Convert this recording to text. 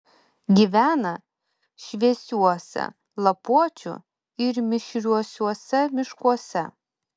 gyvena šviesiuose lapuočių ir mišriuosiuose miškuose